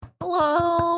Hello